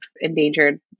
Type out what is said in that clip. endangered